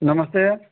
ନମସ୍ତେ